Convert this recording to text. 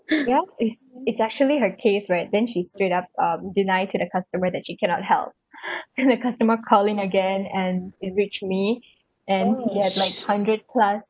ya it's it's actually her case right then she straight up um deny to the customer that she cannot help then the customer call in again and it reached me and he had like hundred plus